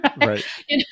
Right